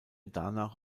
danach